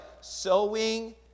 sowing